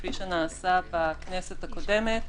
כפי שנעשה בכנסת הקודמת,